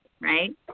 right